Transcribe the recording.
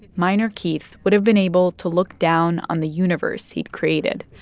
minor keith would have been able to look down on the universe he'd created.